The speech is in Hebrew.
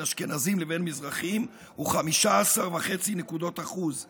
אשכנזים לבין מזרחים הוא 15.5 נקודות האחוז.